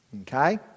Okay